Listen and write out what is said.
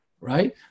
right